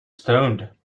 stoned